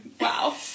wow